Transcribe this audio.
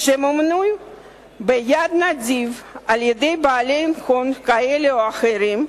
שמומנו ביד נדיבה על-ידי בעלי הון כאלה או אחרים,